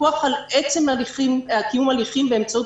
הוויכוח על עצם קיום הליכים באמצעות